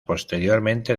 posteriormente